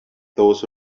those